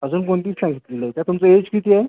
अजून कोणतीच नाही घेतली आहे का तुमचा एज किती आहे